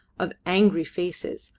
of angry faces,